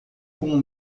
com